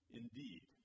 indeed